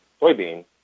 soybean